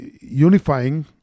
unifying